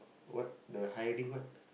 what the hiring what